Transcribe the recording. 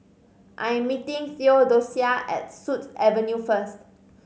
I am meeting Theodocia at Sut Avenue first